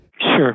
Sure